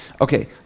Okay